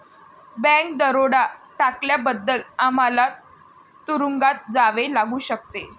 bank दरोडा टाकल्याबद्दल आम्हाला तुरूंगात जावे लागू शकते